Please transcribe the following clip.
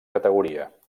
categoria